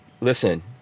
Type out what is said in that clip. Listen